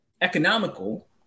economical